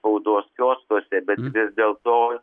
spaudos kioskuose bet vis dėl to